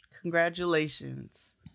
Congratulations